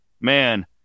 man